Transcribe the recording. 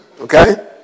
okay